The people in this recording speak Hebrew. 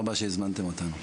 תודה רבה שהזמנתם אותנו.